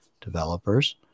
developers